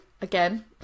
again